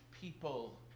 people